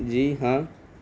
جی ہاں